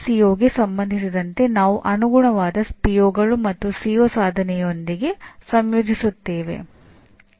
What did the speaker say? ಸಿಒ1 ಸಾಧನೆಯೊಂದಿಗೆ ಸಂಯೋಜಿಸುತ್ತೇವೆ